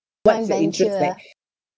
joint venture ah